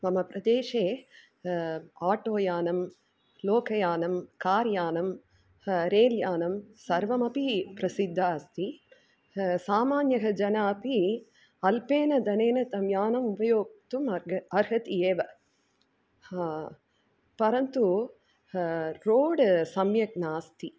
मम प्रदेशे आटोयानं लोकयानं कार्यानं रेल्यानं सर्वमपि प्रसिद्धम् अस्ति सामान्यः जनः अपि अल्पेन धनेन तद् यानम् उपयोक्तुम् अर्ह अर्हति एव परन्तु रोड् सम्यक् नास्ति